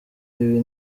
ibi